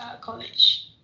college